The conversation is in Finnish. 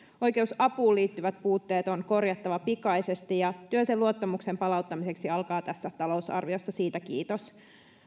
oikeusapuun liittyvät puutteet on korjattava pikaisesti ja työ sen luottamuksen palauttamiseksi alkaa tässä talousarviossa siitä kiitos